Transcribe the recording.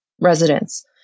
residents